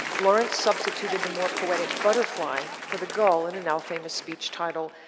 lawrence substituted the more poetic butterfly for the gull in a now famous speech titled,